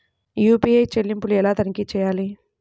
UPI చెల్లింపులు ఎలా తనిఖీ చేయాలి?